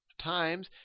times